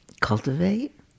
cultivate